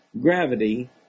gravity